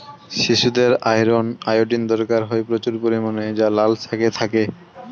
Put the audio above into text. শিশুদের iron, iodine দরকার হয় প্রচুর পরিমাণে যা লাল শাকে থাকে